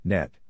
Net